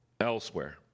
elsewhere